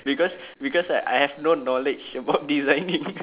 because because I have no knowledge about designing